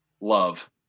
Love